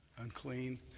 unclean